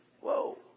Whoa